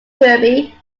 kirby